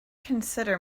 consider